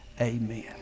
amen